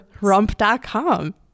Rump.com